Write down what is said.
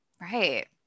Right